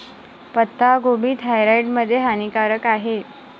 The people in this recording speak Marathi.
पत्ताकोबी थायरॉईड मध्ये हानिकारक आहे